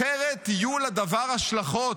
אחרת יהיו לדבר השלכות".